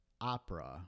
Opera